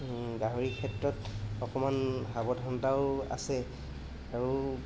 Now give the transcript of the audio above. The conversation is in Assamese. গাহৰিৰ ক্ষেত্ৰত অকণমান সাৱধানতাও আছে আৰু